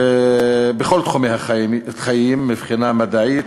בכל תחומי החיים: מבחינה מדעית,